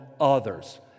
others